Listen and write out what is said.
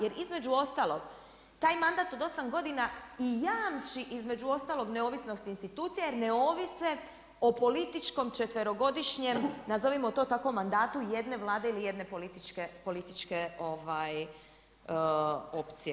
Jer između ostalog, taj mandat od 8 g. i jamči između ostalog neovisnost institucije, jer ne ovise o političkom četverogodišnjem, nazovimo to tako mandatu jedne vlade ili jedne političke opcije.